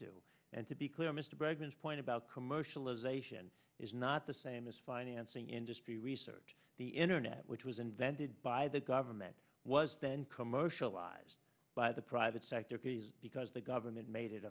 do and to be clear mr bregman point about commercialization is not the same as financing industry research the internet which was invented by the government was then commercialised by the private sector because the government made it